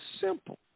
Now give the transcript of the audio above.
simple